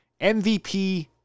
MVP